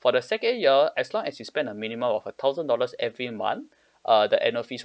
for the second year as long as you spend a minimum of a thousand dollars every month err the annual fees will be